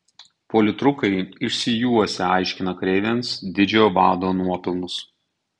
politrukai išsijuosę aiškina kareiviams didžiojo vado nuopelnus